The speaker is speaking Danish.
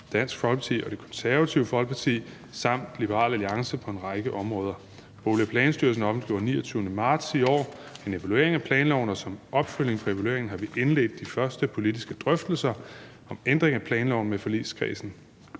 Dansk Folkeparti og Det Konservative Folkeparti samt Liberal Alliance på en række områder. Bolig- og Planstyrelsen har den 29. marts i år offentliggjort en evaluering af planloven, og som opfølgning på evalueringen har vi indledt de første politiske drøftelser om ændringer af planloven med forligskredsen.